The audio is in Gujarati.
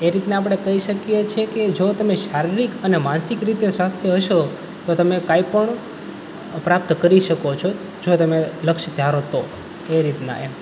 એ રીતનાં આપણે કહી શકીએ છે કે જો તમે શારીરિક અને માનસિક રીતે સ્વસ્થ હશો તો તમે કંઇ પણ પ્રાપ્ત કરી શકો છો જો તમે લક્ષ્ય ધારો તો એ રીતનાં એમ